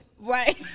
Right